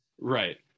right